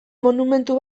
monumentu